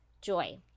joy